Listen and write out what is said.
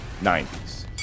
90s